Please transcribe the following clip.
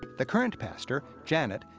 the current pastor, janet,